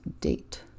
date